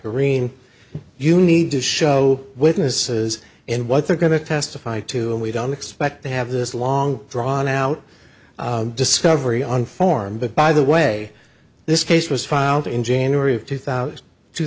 kareen you need to show witnesses and what they're going to testify to and we don't expect to have this long drawn out discovery on form but by the way this case was filed in january of two thousand two